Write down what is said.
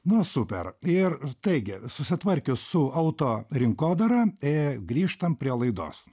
nu super ir taigi susitvarkius su auto rinkodara grįžtam prie laidos